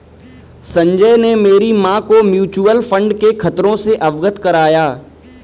संजय ने मेरी मां को म्यूचुअल फंड के खतरों से अवगत कराया